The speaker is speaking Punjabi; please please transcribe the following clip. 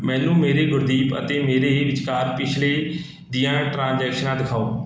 ਮੈਨੂੰ ਮੇਰੀ ਗੁਰਦੀਪ ਅਤੇ ਮੇਰੇ ਹੀ ਵਿਚਕਾਰ ਪਿਛਲੇ ਦੀਆਂ ਟ੍ਰਾਂਜੈਕਸ਼ਨਾਂ ਦਿਖਾਓ